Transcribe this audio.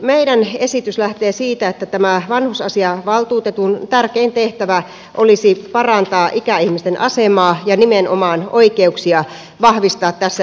meidän esityksemme lähtee siitä että tämä vanhusasiavaltuutetun tärkein tehtävä olisi parantaa ikäihmisten asemaa ja nimenomaan oikeuksia vahvistaa tässä yhteiskunnassa